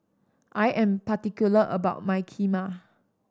I am particular about my Kheema